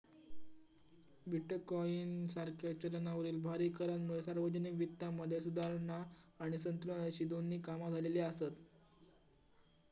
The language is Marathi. बिटकॉइन सारख्या चलनावरील भारी करांमुळे सार्वजनिक वित्तामध्ये सुधारणा आणि संतुलन अशी दोन्ही कामा झालेली आसत